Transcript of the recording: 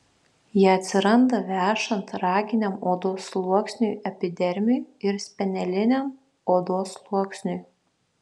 jie atsiranda vešant raginiam odos sluoksniui epidermiui ir speneliniam odos sluoksniui